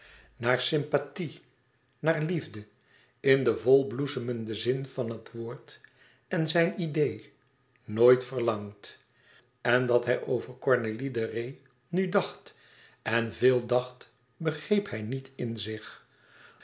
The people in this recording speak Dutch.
naar sympathie naar liefde in den vol bloesemenden zin van het woord en zijn idee nooit verlangd en dat hij over cornélie de retz nu dacht en veel dacht begreep hij niet in zich